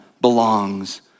belongs